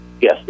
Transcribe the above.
Yes